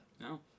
No